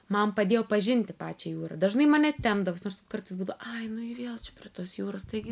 man padėjo pažinti pačią jūrą dažnai mane tempdavosi nors kartais būdavo ai nu i viel čia prie tos jūros taigi